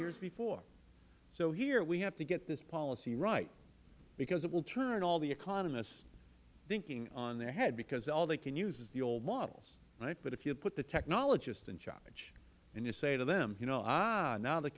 years before so here we have to get this policy right because it will turn all the economists thinking on their head because all they can use is the old models but if you put the technologists in charge and you say to them you know ah now the